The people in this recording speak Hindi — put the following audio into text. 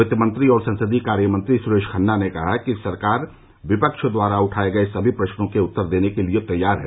वित्त मंत्री और संसदीय कार्य मंत्री सुरेश खन्ना ने कहा कि सरकार विपक्ष द्वारा उठाये गये समी प्रश्नों के उत्तर देने के लिये तैयार है